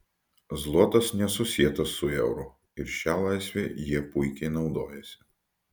zlotas nesusietas su euru ir šia laisve jie puikiai naudojasi